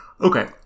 Okay